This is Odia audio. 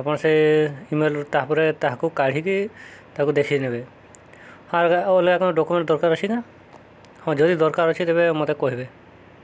ଆପଣ ସେ ଇମେଲ୍ ତାପରେ ତାହାକୁ କାଢ଼ିକି ତାକୁ ଦେଖେଇ ନେବେ ହଁ ଅଲଗା ଅଲଗା କ'ଣ ଡକୁମେଣ୍ଟ ଦରକାର ଅଛି ନା ହଁ ଯଦି ଦରକାର ଅଛି ତେବେ ମୋତେ କହିବେ